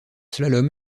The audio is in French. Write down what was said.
slalom